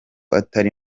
atari